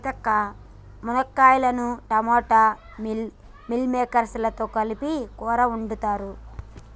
సీత మునక్కాయలను టమోటా మిల్ మిల్లిమేకేర్స్ లతో కలిపి కూరని వండుతారు